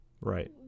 right